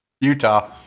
Utah